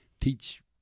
teach